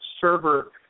server